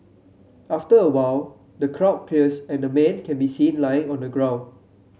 after a while the crowd clears and a man can be seen lying on the ground